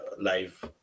live